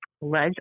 ledge